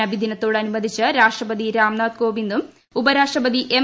നബിദിനത്തോടനുബസ്സിച്ച് രാഷ്ട്രപതി രാംനാഥ് കോവിന്ദും ഉപരാഷ്ട്രപതി എം